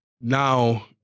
now